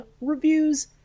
reviews